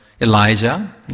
Elijah